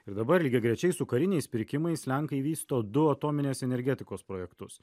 ir dabar lygiagrečiai su kariniais pirkimais lenkai vysto du atominės energetikos projektus